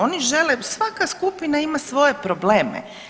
Oni žele, svaka skupina ima svoje probleme.